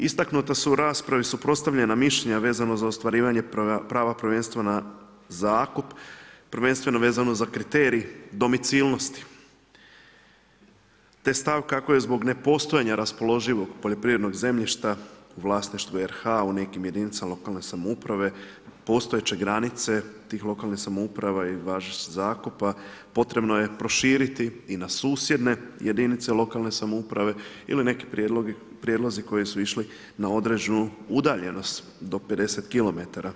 Istaknuta su u raspravi suprotstavljena mišljenja vezano za ostvarivanje prava prvenstva na zakup, prvenstveno vezano za kriterij domicilnosti, te stav kako je zbog nepostojanja raspoloživog poljoprivrednog zemljišta u vlasništvu RH u nekim jedinicama lokalne samouprave postojeće granice tih lokalnih samouprava i važećeg zakupa potrebno je proširiti i na susjedne jedinice lokalne samouprave ili neki prijedlozi koji su išli na određenu udaljenost do 50km.